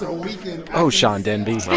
ah we can. oh, sean denby